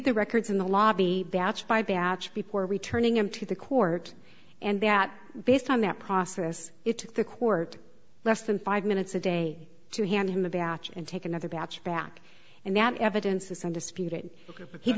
the records in the lobby by batch before returning him to the court and that based on that process it took the court less than five minutes a day to hand him the batch and take another batch back and that evidence is undisputed he